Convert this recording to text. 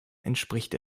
entspricht